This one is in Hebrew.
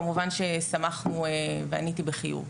כמובן ששמחנו ועניתי בחיוב.